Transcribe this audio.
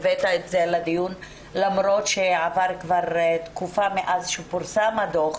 שהבאת את זה לדיון למרות שעברה תקופה מאז פורסם הדוח.